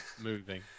moving